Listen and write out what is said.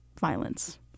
violence